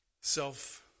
self